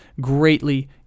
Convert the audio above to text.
greatly